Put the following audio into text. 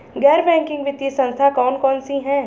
गैर बैंकिंग वित्तीय संस्था कौन कौन सी हैं?